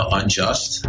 unjust